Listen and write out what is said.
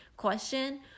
question